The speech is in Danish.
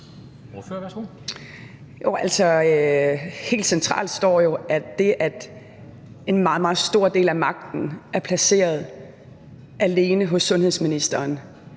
Helt centralt står jo, at det, at en meget, meget stor del af magten er placeret alene hos sundhedsministeren,